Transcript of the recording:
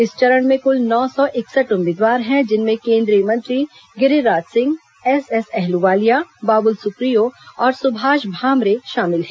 इस चरण में कुल नौ सौ इकसठ उम्मीदवार हैं जिनमें केन्द्रीय मंत्री गिरिराज सिंह एस एस अहलूवालिया बाबुल सुप्रियो और सुभाष भामरे शामिल हैं